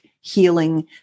healing